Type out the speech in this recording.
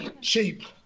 Cheap